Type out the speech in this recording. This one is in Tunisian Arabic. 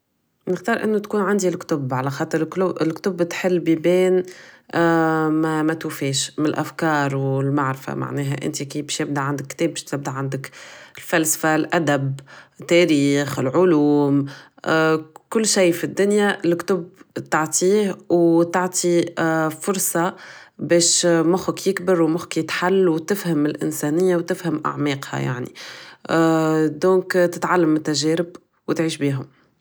نختار انو تكون عندي الكتب على خاطر الكتب تحل بيبان ماتوفاش ملافكار و المعرفة معناها انت بش يمنعو عندك كتاب بش تبدا عندك الفلسفة الادب تاريخ العلوم كل شي فالدنيا لكتب تعطيه و تعطي فرصة باش مخك يكبر و مخك يتحل و تفهم الانسانية و تفهم اعماقها يعني دونك تتعلم مل تجارب و تعيش بيهم